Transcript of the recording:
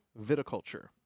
viticulture